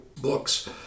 books